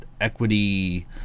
equity